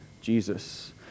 Jesus